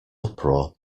uproar